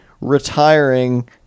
retiring